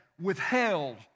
withheld